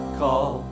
call